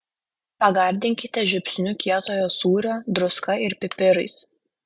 pagardinkite žiupsniu kietojo sūrio druska ir pipirais